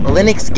Linux